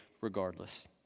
regardless